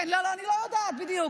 כן, אני לא יודעת, בדיוק.